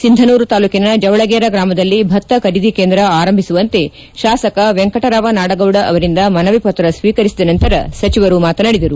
ಸಿಂಧನೂರು ತಾಲೂಕಿನ ಜವಳಗೇರಾ ಗ್ರಾಮದಲ್ಲಿ ಭತ್ತ ಖರೀದಿ ಕೇಂದ್ರ ಆರಂಭಿಸುವಂತೆ ಶಾಸಕ ವೆಂಕಟರಾವ ನಾಡಗೌಡ ಅವರಿಂದ ಮನವಿಪತ್ರ ಸ್ತೀಕರಿಸಿದ ನಂತರ ಸಚಿವರು ಮಾತನಾಡಿದರು